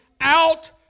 out